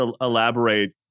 elaborate